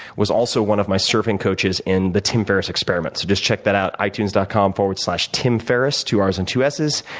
was also one of my surfing coaches in the tim ferriss experiment, so just check that out, itunes dot com slash timferriss, two um rs and two ss.